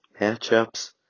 matchups